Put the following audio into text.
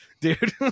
dude